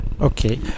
Okay